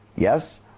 yes